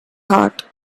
heart